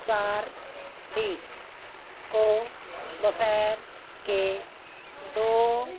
चार बीस को दोपहर के दो